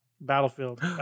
Battlefield